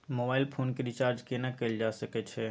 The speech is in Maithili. मोबाइल फोन के रिचार्ज केना कैल जा सकै छै?